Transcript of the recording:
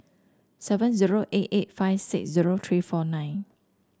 seven zero eight eight five six zero three four nine